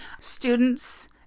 Students